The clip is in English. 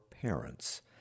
parents